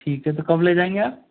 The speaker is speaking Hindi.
ठीक है तो कब ले जाएंगे आप